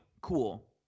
cool